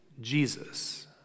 Jesus